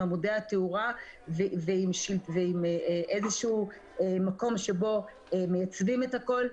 עמודי התאורה ועם איזה שהוא מקום שבו מייצבים את הכל.